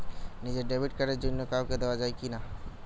নিজের debit card অন্য কাউকে দেওয়া যায় কি না?